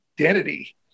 identity